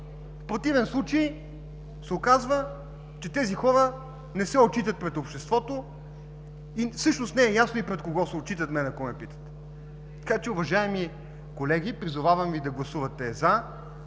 В противен случай се оказва, че тези хора не се отчитат пред обществото, всъщност не е ясно и пред кого се отчитат, мен ако ме питате. Уважаеми колеги, призовавам Ви да гласувате